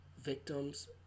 victims